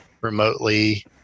remotely